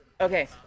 Okay